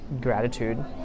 gratitude